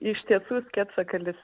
iš tiesų sketsakalis